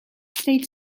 steeds